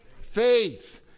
faith